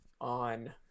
on